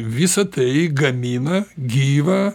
visa tai gamina gyvą